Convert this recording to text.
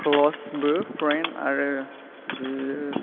बहुत क्लसबो फ्रेन्द आरो बियो